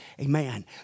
Amen